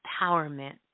empowerment